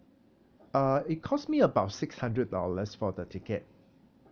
uh it cost me about six hundred dollars for the ticket